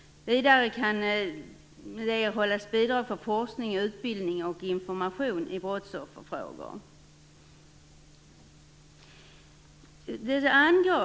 Vidare kan man erhålla bidrag för forskning, utbildning och information som gäller brottsofferfrågor.